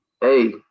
hey